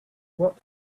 what